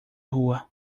rua